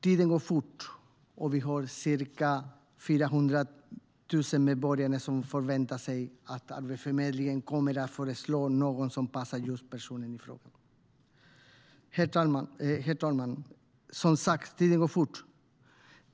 Tiden går fort, och vi har ca 400 000 medborgare som förväntar sig att Arbetsförmedlingen kommer att föreslå något som passar just personen i fråga. Som sagt, tiden går fort.